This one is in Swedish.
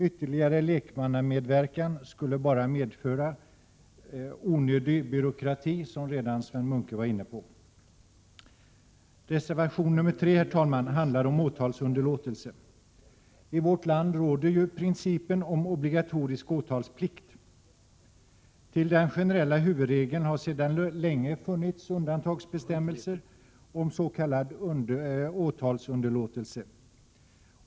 Ytterligare lekmannamedverkan skulle bara medföra onödig byråkrati, vilket Sven Munke redan har varit inne på. Reservation 3, herr talman, handlar om åtalsunderlåtelse. I vårt land råder principen om obligatorisk åtalsplikt. Till den generella huvudregeln har sedan länge funnits undantagsbestämmelser om s.k. åtalsunderlåtelse.